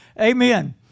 Amen